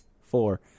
four